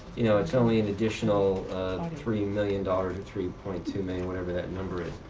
you know it's only an additional three million dollars to three point two million, whatever that number is